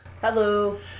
Hello